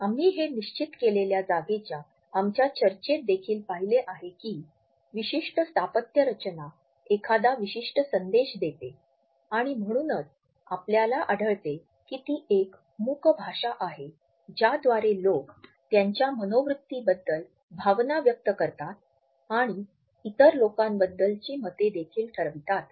आम्ही हे निश्चित केलेल्या जागेच्या आमच्या चर्चेत देखील पाहिले आहे की विशिष्ट स्थापत्य रचना एखाद्या विशिष्ट संदेश देते आणि म्हणूनच आपल्याला आढळते की ती एक मूक भाषा आहे ज्याद्वारे लोक त्यांच्या मनोवृत्तीबद्दल भावना व्यक्त करतात आणि इतर लोकांबद्दलची मतेदेखील ठरवितात